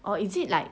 oh is it like